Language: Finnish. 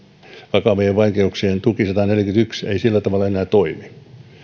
vakavien vaikeuksien tuki sataneljäkymmentäyksi ei sillä tavalla enää toimi ja